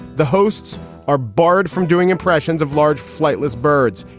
the hosts are barred from doing impressions of large, flightless birds.